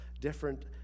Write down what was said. different